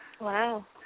Wow